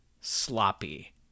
sloppy